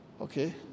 Okay